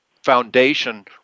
foundation